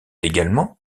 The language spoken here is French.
également